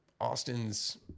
austin's